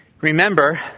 Remember